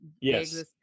yes